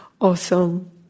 awesome